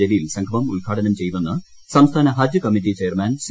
ജലീൽ സംഗമം ഉദ്ഘാടനം ചെയ്യുമെന്ന് സംസ്ഥാന ഹജ്ജ് കമ്മിറ്റി ചെയർമാൻ സി